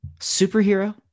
Superhero